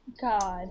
God